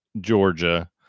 Georgia